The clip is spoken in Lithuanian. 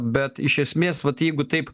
bet iš esmės vat jeigu taip